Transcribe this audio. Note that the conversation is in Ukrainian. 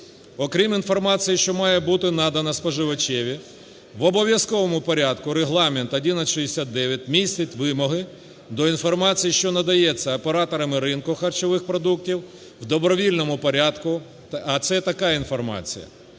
Окрім інформації, що має бути надана споживачеві в обов'язковому порядку, Регламент 1169 містить вимоги до інформації, що надається операторами ринку харчових продуктів в добровільному порядку, а це така інформація: